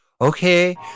Okay